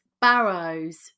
barrows